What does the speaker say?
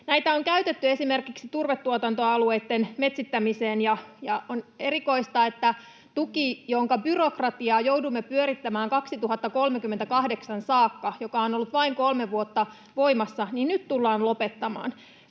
Näitä on käytetty esimerkiksi turvetuotantoalueitten metsittämiseen, ja on erikoista, että tuki, jonka byrokratiaa joudumme pyörittämään vuoteen 2038 saakka ja joka on ollut vain kolme vuotta voimassa, tullaan nyt lopettamaan.